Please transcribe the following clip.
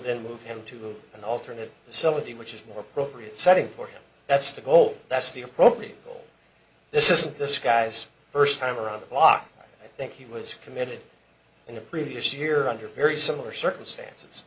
then move him to an alternate somebody which is more appropriate setting for him that's the goal that's the appropriate goal this is this guy's first time around the block i think he was committed in a previous year under very similar circumstances